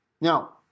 Now